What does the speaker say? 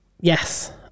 Yes